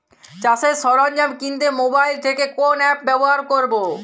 চাষের সরঞ্জাম কিনতে মোবাইল থেকে কোন অ্যাপ ব্যাবহার করব?